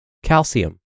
calcium